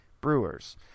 Brewers